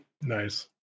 Nice